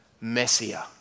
messier